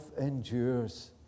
endures